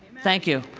thank you,